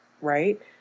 Right